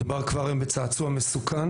מדובר כבר היום בצעצוע מסוכן,